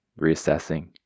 reassessing